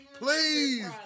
Please